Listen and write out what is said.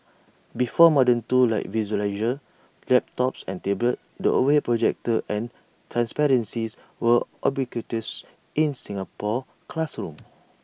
before modern tools like visualisers laptops and tablets the overhead projector and transparencies were ubiquitous in Singapore classrooms